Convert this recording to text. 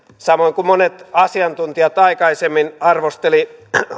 samoin kuin monet asiantuntijat aikaisemmin arvostelivat